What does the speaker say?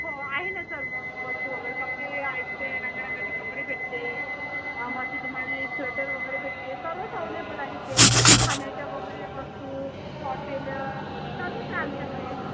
हो आहे ना सर्वच वस्तू वगैरे कपडे आहे तिथे रंगा रंगाचे कपडे भेटते मग असं तुम्हाला स्वेटर वगैरे भेटते सर्वच अव्हेलेबल आहेत तिथे खाण्याच्या वगैरे वस्तू हॉटेलं सर्वच आहे आमच्याकडे